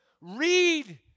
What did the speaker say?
read